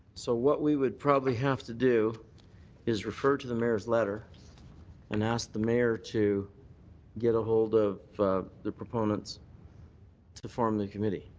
so what we would probably have to do is refer to the mayor's letter and ask the mayor to get a hold of the proponents to to form the committee.